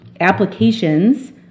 applications